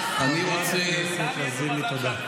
חברת הכנסת לזימי, תודה.